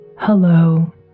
Hello